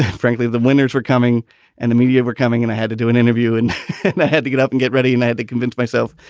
frankly, the winners were coming and the media were coming. and i had to do an interview and and i had to get up and get ready. and i had to convince myself.